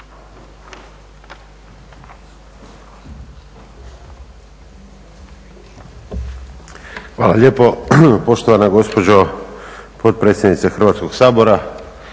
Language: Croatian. Hvala lijepo poštovana gospođo potpredsjednice Hrvatskog sabora,